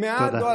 תודה.